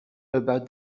about